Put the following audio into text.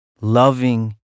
loving